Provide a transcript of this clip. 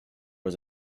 was